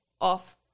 off